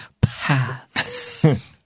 paths